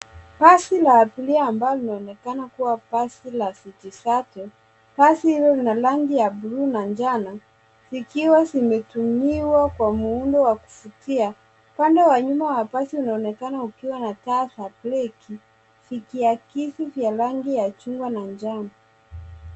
Basi la abiria ambalo linaonekana kuwa basi la City shuttle. Basi hilo lina rangi ya buluu na njano, zikiwa zimetumiwa kwa muundo wa kuvutia. Upande wa nyuma wa basi unaonekana ukiwa na taa za breki zikiakisi via rangi ya chungwa na njano.